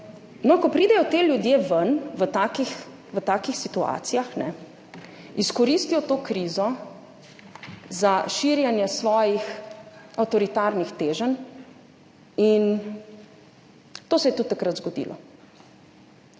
ko pridejo ti ljudje ven v takih situacijah, izkoristijo to krizo za širjenje svojih avtoritarnih teženj, in to se je tudi takrat zgodilo.